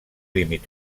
límit